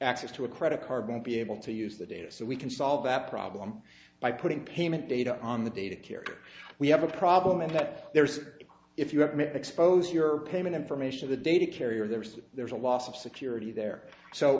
access to a credit card won't be able to use the data so we can solve that problem by putting payment data on the data carrier we have a problem in that there's a if you have met expose your payment information of the data carrier there's there's a loss of security there so